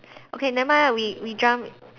okay never mind ah we we jump